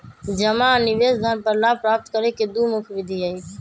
जमा आ निवेश धन पर लाभ प्राप्त करे के दु मुख्य विधि हइ